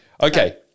Okay